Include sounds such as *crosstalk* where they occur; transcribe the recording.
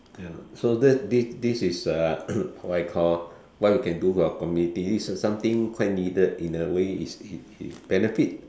ya so this this this is uh *coughs* what I call why we can do for the community this is something quite needed for the way is it benefit